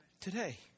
Today